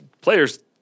players